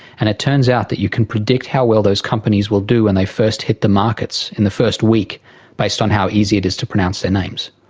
and it turns out that you can predict how well those companies will do when and they first hit the markets in the first week based on how easy it is to pronounce their names.